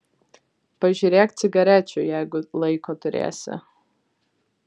pažiūrėk cigarečių jeigu laiko turėsi